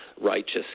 righteous